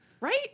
Right